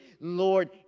Lord